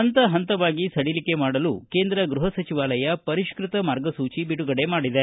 ಪಂತ ಪಂತವಾಗಿ ಸಡಿಲಿಕೆ ಮಾಡಲು ಕೇಂದ್ರ ಗೃಹ ಸಚಿವಾಲಯ ಪರಿಷ್ಟತ ಮಾರ್ಗಸೂಚಿ ಬಿಡುಗಡೆ ಮಾಡಿದೆ